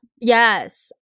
yes